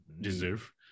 deserve